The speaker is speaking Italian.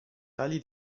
tali